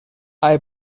hay